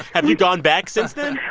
have you gone back since then?